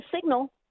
signal